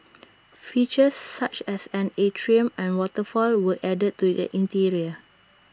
features such as an atrium and waterfall were added to the interior